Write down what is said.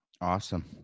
Awesome